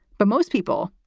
but most people,